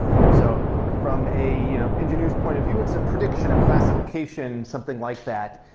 so from a engineer's point of view, it's a prediction, a classification, something like that.